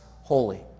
holy